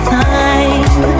time